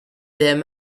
them